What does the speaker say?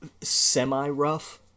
semi-rough